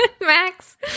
Max